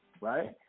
right